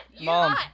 Mom